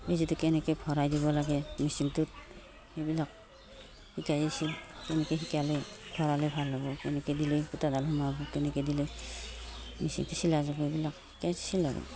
বেজীটো কেনেকৈ ভৰাই দিব লাগে মেচিনটোত সেইবিলাক শিকাইছিল কেনেকৈ শিকালে ভৰালে ভাল হ'ব কেনেকৈ দিলেই গোটাডাল সোমাব কেনেকৈ দিলে মেচিনটো চিলাই যাব এইবিলাক শিকাইছিল আৰু